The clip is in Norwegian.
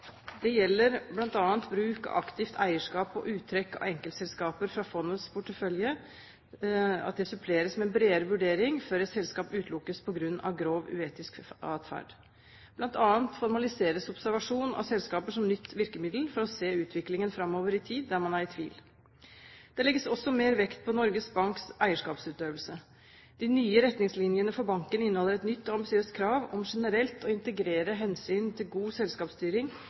Det gjelder bl.a. at bruk av aktivt eierskap og uttrekk av enkeltselskaper fra fondets portefølje suppleres med en bredere vurdering før et selskap utelukkes på grunn av grov uetisk atferd. Blant annet formaliseres observasjon av selskaper som nytt virkemiddel for å se utviklingen framover i tid der man er i tvil. Det legges også mer vekt på Norges Banks eierskapsutøvelse. De nye retningslinjene for banken inneholder et nytt og ambisiøst krav om generelt å integrere hensyn til god selskapsstyring,